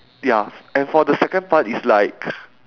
ya and for the second part it's like